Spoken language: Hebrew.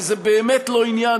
כי זה באמת לא עניין,